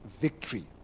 victory